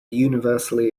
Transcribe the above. universally